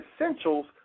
essentials